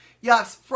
Yes